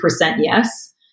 yes